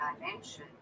dimension